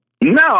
No